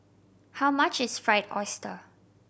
how much is Fried Oyster